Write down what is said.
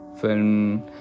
Film